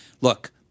look